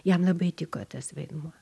jam labai tiko tas vaidmuo